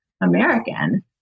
American